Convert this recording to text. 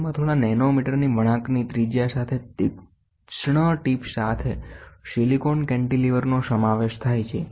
તેમાં થોડા નેનોમીટરની વળાંકની ત્રિજ્યા સાથે તીક્ષ્ણ ટીપ સાથે સિલિકોન કેન્ટિલેવરનો સમાવેશ થાય છે